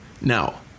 Now